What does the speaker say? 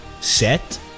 set